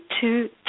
two